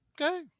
Okay